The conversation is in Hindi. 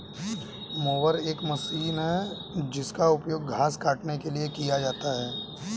मोवर एक मशीन है जिसका उपयोग घास काटने के लिए किया जाता है